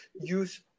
use